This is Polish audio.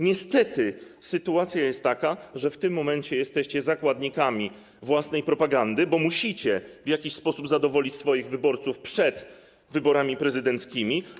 Niestety sytuacja jest taka, że w tym momencie jesteście zakładnikami własnej propagandy, bo musicie w jakiś sposób zadowolić swoich wyborców przed wyborami prezydenckimi.